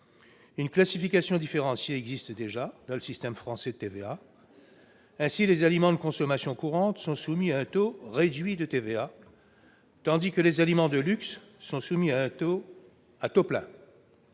Une classification différenciée existe déjà dans le système français de TVA. Ainsi, les aliments de consommation courante sont soumis à un taux réduit, tandis que les aliments de luxe sont taxés à taux plein.